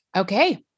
Okay